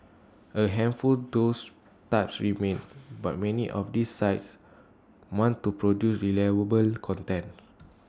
A handful those types remain but many of these sites want to produce reliable content